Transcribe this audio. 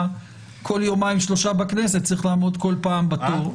כל יומיים שלושה בכנסת צריך לעמוד כל פעם בתור,